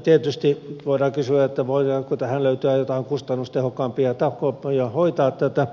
tietysti voidaan kysyä voidaanko löytää joitain kustannustehokkaampia tapoja hoitaa tätä